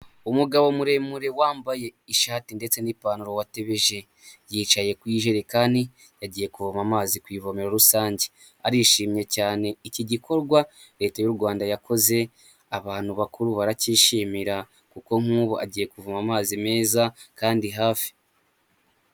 Umugabo muremure wambaye ishati ndetse n'ipantaro watebeje, yicaye ku ijerekani yagiye kuvoma amazi ku ivomero rusange arishimye cyane iki gikorwa Leta y'u Rwanda yakoze abantu bakuru baracyishimira kuko nk'ubu agiye kuvoma amazi meza kandi hafi.